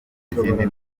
izindi